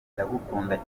ndagukunda